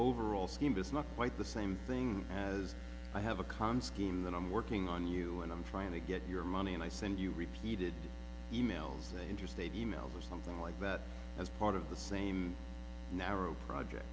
overall scheme is not quite the same thing as i have a constant and i'm working on you and i'm trying to get your money and i send you repeated emails interstate emails or something like that as part of the same narrow project